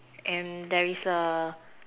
and there is a